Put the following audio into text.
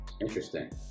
Interesting